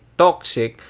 toxic